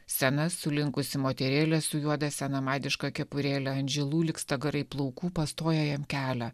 sena sulinkusi moterėlė su juoda senamadiška kepurėle ant žilų lyg stagarai plaukų pastoja jam kelią